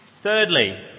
Thirdly